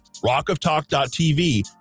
rockoftalk.tv